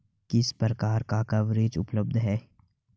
किस प्रकार का कवरेज उपलब्ध है?